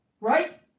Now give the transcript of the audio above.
right